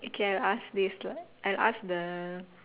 okay I'll ask this lah I'll ask the